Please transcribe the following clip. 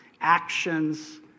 actions